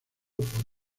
por